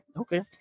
Okay